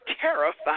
terrified